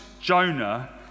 Jonah